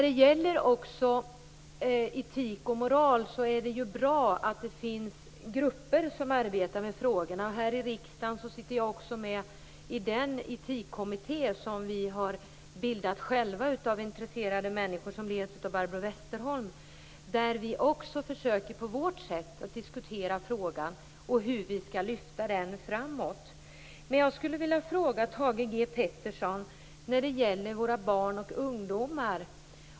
Det är bra att det finns grupper som arbetar med frågorna om etik och moral. Jag sitter med i den etikkommitté som har skapats av intresserade människor i riksdagen och leds av Barbro Westerholm. Vi försöker på vårt sätt att diskutera frågan och hur vi skall lyfta den framåt. Jag skulle vilja ställa en fråga till Thage G Peterson om våra barn och ungdomar.